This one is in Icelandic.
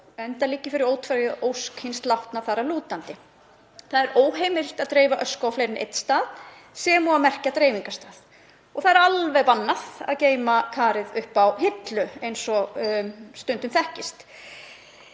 enda liggi fyrir ótvíræð ósk hins látna þar að lútandi. Það er óheimilt að dreifa ösku á fleiri en einn stað, sem og að merkja dreifingarstað. Og það er alveg bannað að geyma kerið uppi á hillu eins og þekkist.